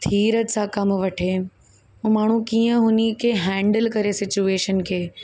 धीरज सां कम वठे हो माण्हूं कीअं हुनखे हैंडिल करे सिचयूएशन खे